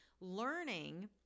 learning